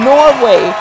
Norway